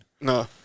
No